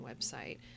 website